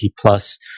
plus